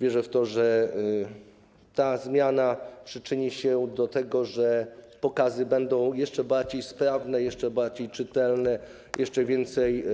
Wierzę w to, że ta zmiana przyczyni się do tego, że pokazy będą jeszcze bardziej sprawne, jeszcze bardziej czytelne i że jeszcze więcej